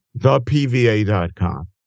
ThePVA.com